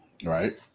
Right